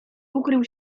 ukrył